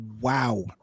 Wow